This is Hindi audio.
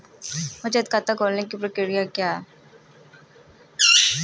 बचत खाता खोलने की प्रक्रिया क्या है?